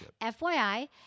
FYI